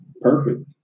Perfect